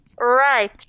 Right